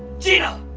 gina?